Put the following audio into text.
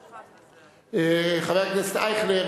אייכלר.